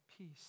peace